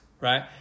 right